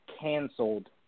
canceled